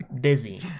busy